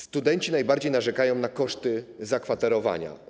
Studenci najbardziej narzekają na koszty zakwaterowania.